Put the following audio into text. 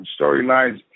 storylines